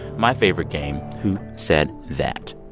my favorite game who said that